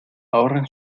ahorren